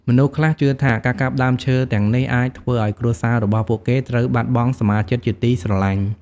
មនុស្សខ្លះជឿថា ការកាប់ដើមឈើទាំងនេះអាចធ្វើឱ្យគ្រួសាររបស់ពួកគេត្រូវបាត់បង់សមាជិកជាទីស្រឡាញ់។